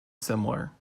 similar